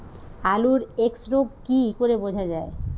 আলুর এক্সরোগ কি করে বোঝা যায়?